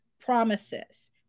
promises